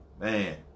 Man